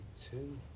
two